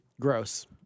Gross